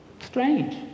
Strange